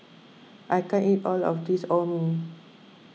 I can't eat all of this Orh Nee